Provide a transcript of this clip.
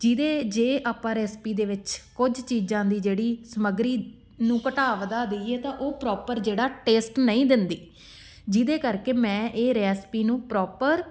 ਜਿਹਦੇ ਜੇ ਆਪਾਂ ਰੈਸਪੀ ਦੇ ਵਿੱਚ ਕੁਝ ਚੀਜ਼ਾਂ ਦੀ ਜਿਹੜੀ ਸਮੱਗਰੀ ਨੂੰ ਘਟਾ ਵਧਾ ਦਈਏ ਤਾਂ ਉਹ ਪ੍ਰੋਪਰ ਜਿਹੜਾ ਟੇਸਟ ਨਹੀਂ ਦਿੰਦੀ ਜਿਹਦੇ ਕਰਕੇ ਮੈਂ ਇਹ ਰੈਸਪੀ ਨੂੰ ਪ੍ਰੋਪਰ